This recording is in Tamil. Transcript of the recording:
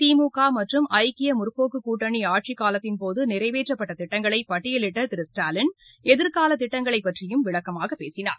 திமுக மற்றும் ஐக்கிய முற்போக்கு கூட்டணி ஆட்சிக் காலத்தின் போது நிறைவேற்றப்பட்ட திட்டங்களை பட்டியலிட்ட திரு ஸ்டாலின் எதிர்கால திட்டங்களைப் பற்றியும் விளக்கமாகப் பேசினார்